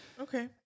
Okay